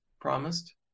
promised